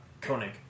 Koenig